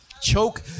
choke